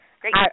Great